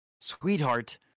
sweetheart